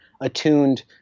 attuned